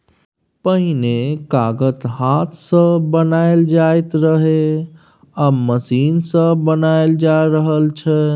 पहिने कागत हाथ सँ बनाएल जाइत रहय आब मशीन सँ बनाएल जा रहल छै